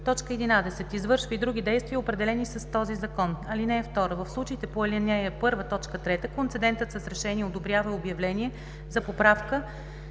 11. извършва и други действия, определени с този закон. (2) В случаите по ал. 1, т. 3 концедентът с решение одобрява обявление за поправка